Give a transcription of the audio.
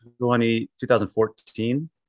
2014